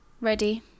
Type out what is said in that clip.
Ready